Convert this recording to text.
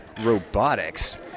Robotics